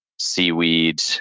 Seaweed